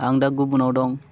आं दा गुबुनाव दं